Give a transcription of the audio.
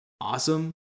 awesome